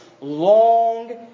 long